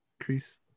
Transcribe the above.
increase